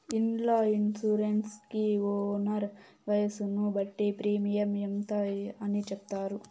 ఇండ్ల ఇన్సూరెన్స్ కి ఓనర్ వయసును బట్టి ప్రీమియం ఇంత అని చెప్తారు